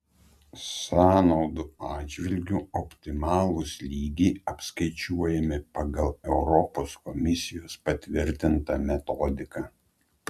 sąnaudų atžvilgiu optimalūs lygiai apskaičiuojami pagal europos komisijos patvirtintą metodiką